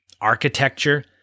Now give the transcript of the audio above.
architecture